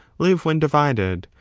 live when divided,